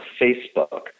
Facebook